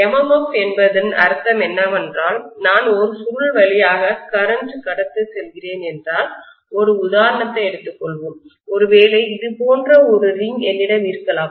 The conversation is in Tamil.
MMF என்பதன் அர்த்தம் என்னவென்றால் நான் ஒரு சுருள் வழியாக கரண்ட்மின்னோட்டத்தை கடந்து செல்கிறேன் என்றால் ஒரு உதாரணத்தை எடுத்துக் கொள்வோம் ஒருவேளை இது போன்ற ஒரு ரிங் என்னிடம் இருக்கலாம்